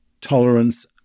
tolerance